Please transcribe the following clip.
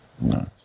no